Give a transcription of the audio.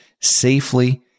safely